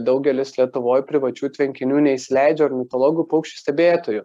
daugelis lietuvoj privačių tvenkinių neįsileidžia ornitologų paukščių stebėtojų